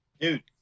Dude